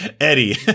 Eddie